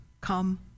come